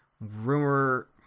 rumor